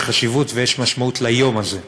יש חשיבות ויש משמעות ליום הזה.